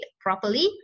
properly